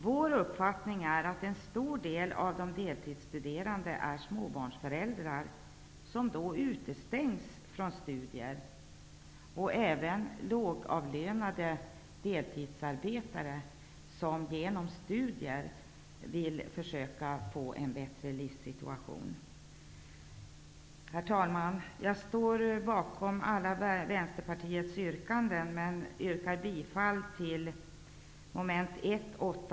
Vår uppfattning är att en stor del av de deltidsstuderande är småbarnsföräldrar, som under dessa förhållanden utestängs från studier. Detsamma gäller lågavlönade deltidsarbetande som genom studier vill försöka få en bättre livssituation. Herr talman! Jag står bakom alla Vänsterpartiets yrkanden, men hemställer om bifall till mom. 1, 8